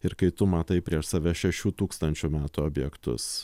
ir kai tu matai prieš save šešių tūkstančių metų objektus